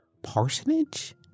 Parsonage